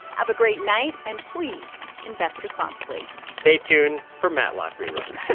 have a great night. and please invest responsibly stay tuned for matlock reruns